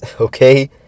okay